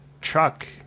truck